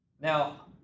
Now